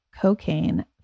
cocaine